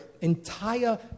entire